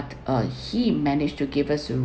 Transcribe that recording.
uh he managed to give us the